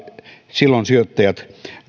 silloin sijoittajat